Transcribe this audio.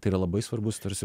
tai yra labai svarbus tarsi